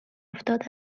افتاده